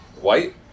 White